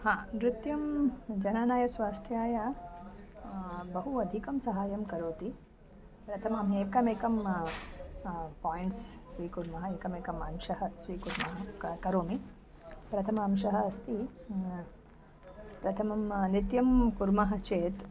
नृत्यं जनानां स्वास्थ्याय बहु अधिकं सहायं करोति प्रथमम् एकमेकं पायिण्ट्स् स्वीकुर्मः एकमेकम् अंशः स्वीकुर्मः क करोमि प्रथम अंशः अस्ति प्रथमं नित्यं कुर्मः चेत्